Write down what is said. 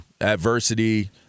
Adversity